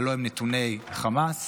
הלוא הם נתוני חמאס,